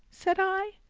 said i.